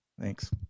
Thanks